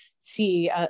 see